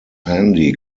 handy